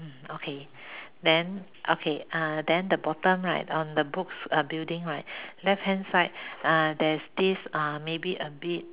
mm okay then okay uh then the bottom right on the books uh building right left hand side uh there's this uh maybe a bit